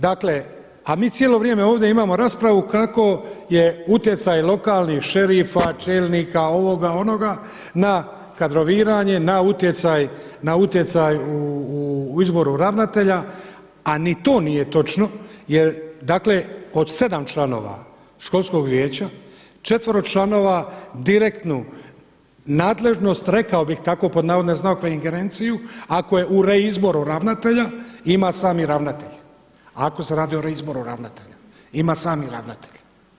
Dakle, a mi cijelo vrijeme ovdje imamo raspravu kako je utjecaj lokalnih šerifa, čelnika, ovoga, onoga na kadroviranje, na utjecaj u izboru ravnatelja, a niti to nije točno jer dakle, od 7 članova školskog vijeća 4 člana direktnu nadležnost rekao bih tako pod navodne znakove ingerenciju ako je u reizboru ravnatelja ima sam ravnatelj, ako se radi o reizboru ravnatelja ima sami ravnatelj.